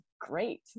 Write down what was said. great